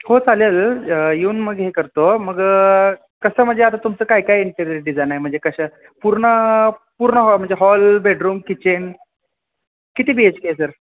हो चालेल येऊन मग हे करतो मग कसं म्हणजे आता तुमचं काय काय इंटेरियर डिझायन आहे म्हणजे कशा पूर्ण पूर्ण हॉ म्हणजे हॉल बेडरूम किचेन किती बी एच के आहे सर